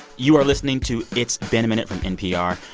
you are listening to it's been a minute from npr.